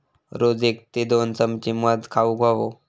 रोज एक ते दोन चमचे मध खाउक हवो